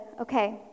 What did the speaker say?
okay